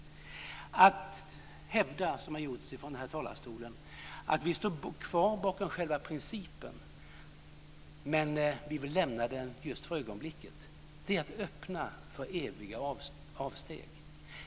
Att hävda, som har gjorts från denna talarstol, att man står kvar bakom själva principen men vill lämna den för ögonblicket är att öppna för eviga avsteg.